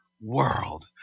world